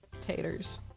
Taters